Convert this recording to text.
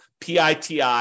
PITI